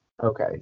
okay